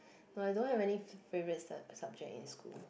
no I don't have any favourite subject in school